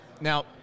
Now